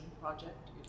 project